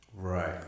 Right